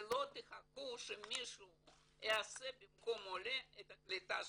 ואל תחכו שמישהו יעשה במקום העולה את הקליטה שלו.